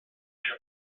east